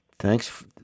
Thanks